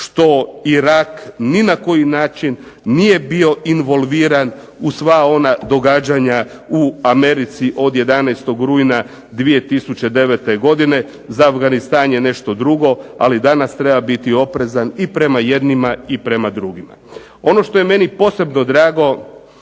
što Irak ni na koji način nije bio involviran u sva ona događanja u Americi od 11. rujna 2009. godine, za Afganistan je nešto drugo. Ali danas treba biti oprezan i prema jednima i prema drugima. Ono što je meni posebno drago